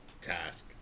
Task